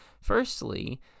Firstly